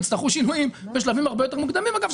יצטרכו שינויים בשלבים הרבה יותר מוקדמים שאגב,